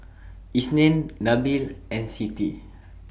Isnin Nabil and Siti